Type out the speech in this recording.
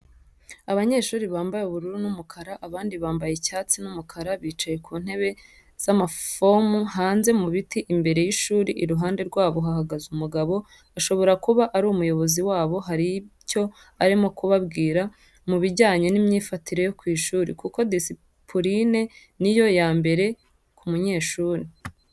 Abanyeshuri bambaye ubururu numukara abandi bambaye icyatsi n,umukara bicaye kuntebe zamafomu hanze mubiti imbere y,ishuri iruhande rwabo hahagaze umugabo ashobora kuba arumuyobozi wabo haricyo arimo kubabwira mubijyanye nimyifatire yo kwishuri. kuko disipurine niyo yambere kumunyeshuri.